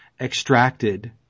extracted